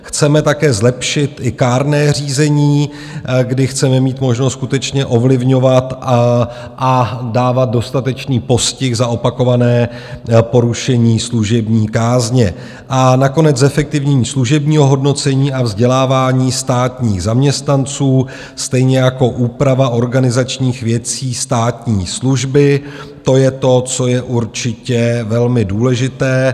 Chceme také zlepšit i kárné řízení, kdy chceme mít možnost skutečně ovlivňovat a dávat dostatečný postih za opakované porušení služební kázně, a nakonec zefektivnění služebního hodnocení a vzdělávání státních zaměstnanců, stejně jako úprava organizačních věcí státní služby, to je to, co je určitě velmi důležité.